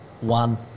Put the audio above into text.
One